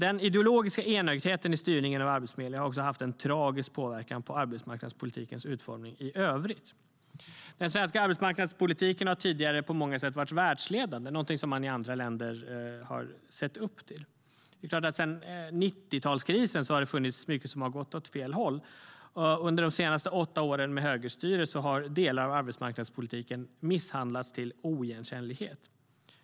Den ideologiska enögdheten i styrningen av Arbetsförmedlingen har också haft en tragisk påverkan på arbetsmarknadspolitikens utformning i övrigt. Den svenska arbetsmarknadspolitiken har tidigare på många sätt varit världsledande, något som man i andra länder har sett upp till. Men sedan 90-talskrisen har mycket gått åt fel håll, och under de senaste åtta åren med högerstyre har delar av arbetsmarknadspolitiken misshandlats till oigenkännlighet.